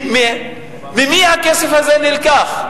ממי הכסף הזה נלקח?